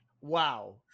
Wow